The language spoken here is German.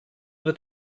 wird